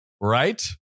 right